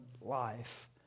life